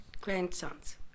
grandsons